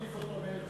מחליף אותו מאיר כהן.